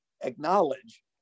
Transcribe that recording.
acknowledge